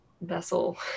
vessel